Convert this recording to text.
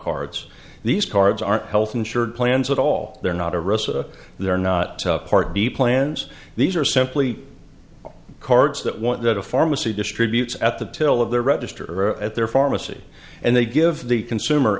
cards these cards aren't health insurance plans at all they're not a ressa they're not part b plans these are simply cards that one that a pharmacy distributes at the tail of their register at their pharmacy and they give the consumer